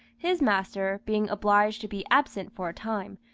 his master, being obliged to be absent for a time,